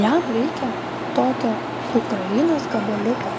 jam reikia tokio ukrainos gabaliuko